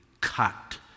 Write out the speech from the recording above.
cut